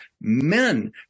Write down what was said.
men